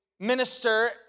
minister